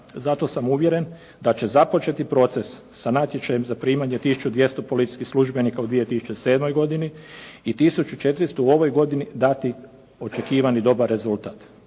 Zato sam uvjeren da će započeti proces sa natječajem za primanje 1200 policijskih službenika u 2007. godini i 1400 u ovoj godini dati očekivani dobar rezultat.